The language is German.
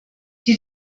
die